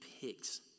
pigs